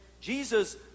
Jesus